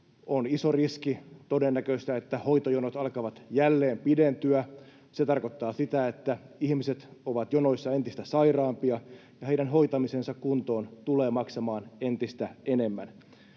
On iso riski ja todennäköistä, että hoitojonot alkavat jälleen pidentyä. Se tarkoittaa sitä, että ihmiset ovat jonoissa entistä sairaampia ja heidän hoitamisensa kuntoon tulee maksamaan entistä enemmän.